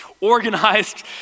organized